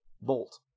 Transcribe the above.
Bolt